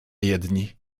jedni